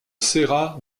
serra